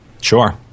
sure